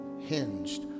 hinged